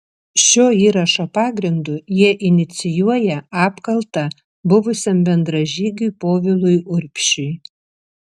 šio įrašo pagrindu jie inicijuoja apkaltą buvusiam bendražygiui povilui urbšiui